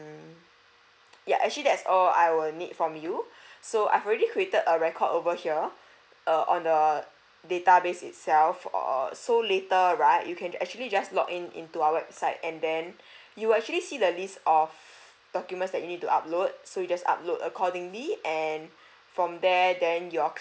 mm ya actually that's all I will need from you so I've already created a record over here err on the database itself uh so later right you can actually just log in into our website and then you actually see the list of documents that you need to upload so you just upload accordingly and from there then your